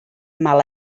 mala